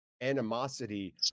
animosity